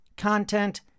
Content